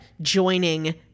joining